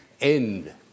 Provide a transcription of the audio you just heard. end